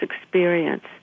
experience